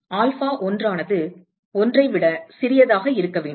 எனவே ஆல்பா1 ஆனது 1 ஐ விட சிறியதாக இருக்க வேண்டும்